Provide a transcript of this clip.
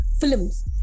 films